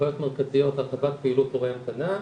הבעיות המרכזיות, הרחבת פעילות תורי המתנה.